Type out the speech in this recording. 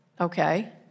Okay